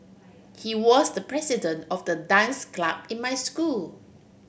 he was the president of the dance club in my school